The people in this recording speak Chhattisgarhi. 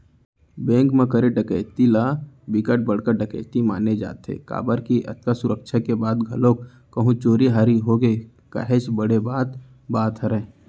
बेंक म करे डकैती ल बिकट बड़का डकैती माने जाथे काबर के अतका सुरक्छा के बाद घलोक कहूं चोरी हारी होगे काहेच बड़े बात बात हरय